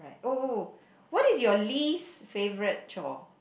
oh oh what is your least favourite chore